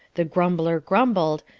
the grumbler grumbled,